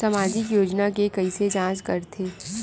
सामाजिक योजना के कइसे जांच करथे?